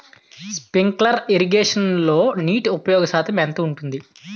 Sprinkler ఇరగేషన్లో నీటి ఉపయోగ శాతం ఎంత ఉంటుంది?